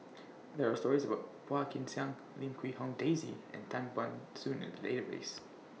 There Are stories about Phua Kin Siang Lim Quee Hong Daisy and Tan Ban Soon in The Database